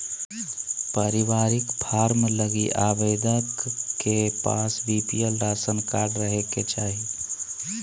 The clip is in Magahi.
पारिवारिक फार्म लगी आवेदक के पास बीपीएल राशन कार्ड रहे के चाहि